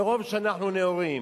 מרוב שאנחנו נאורים